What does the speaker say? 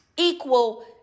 equal